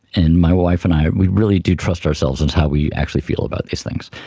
and my wife and i we really do trust ourselves as how we actually feel about these things,